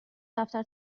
دفتر